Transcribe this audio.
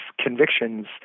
convictions